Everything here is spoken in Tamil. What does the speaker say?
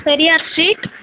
பெரியார் ஸ்ட்ரீட்